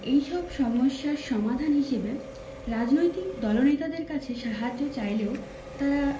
এইসব সমস্যার সমাধান হিসেবে রাজনৈতিক দলনেতাদের কাছে সাহায্য চাইলেও তারা